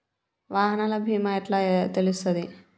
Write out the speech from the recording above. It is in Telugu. వాహనాల బీమా ఎట్ల తెలుస్తది?